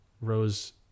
Rose